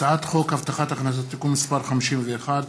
הצעת חוק הבטחת הכנסה (תיקון מס' 51),